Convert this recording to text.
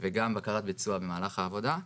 וגם בקרת ביצוע במהלך העבודה.